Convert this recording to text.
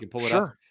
sure